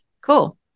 cool